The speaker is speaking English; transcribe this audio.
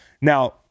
Now